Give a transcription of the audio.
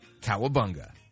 Cowabunga